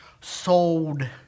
sold